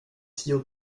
tio